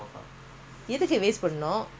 எதுக்குவேஸ்ட்பண்ணனும்:ethuku waste pannanum